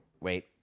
Wait